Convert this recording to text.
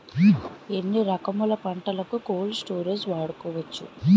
ఎన్ని రకములు పంటలకు కోల్డ్ స్టోరేజ్ వాడుకోవచ్చు?